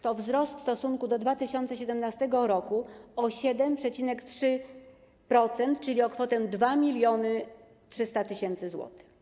To wzrost w stosunku do 2017 r. o 7,3%, czyli o kwotę 2300 tys. zł.